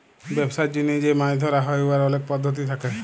ব্যবসার জ্যনহে যে মাছ ধ্যরা হ্যয় উয়ার অলেক পদ্ধতি থ্যাকে